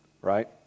right